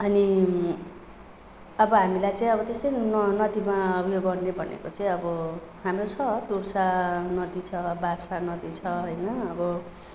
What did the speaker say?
अनि अब हामीलाई चाहिँ अब त्यसै न नदीमा उयो गर्ने भनेको चाहिँ अब हाम्रो छ तोर्सा नदी छ बार्सा नदी छ होइन अब